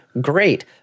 great